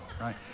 right